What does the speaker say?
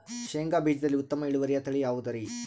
ಶೇಂಗಾ ಬೇಜದಲ್ಲಿ ಉತ್ತಮ ಇಳುವರಿಯ ತಳಿ ಯಾವುದುರಿ?